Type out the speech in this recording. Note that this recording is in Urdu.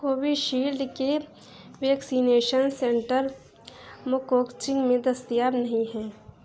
کووشیلڈ کے ویکسینیشن سنٹر موکوکچنگ میں دستیاب نہیں ہیں